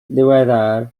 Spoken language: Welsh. ddiweddar